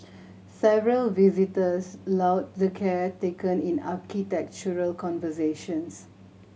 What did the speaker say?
several visitors lauded the care taken in architectural conservation